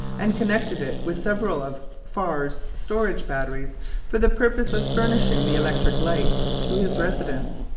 and connected it with several of faure's storage batteries for the purpose of furnishing the electric light to his residence.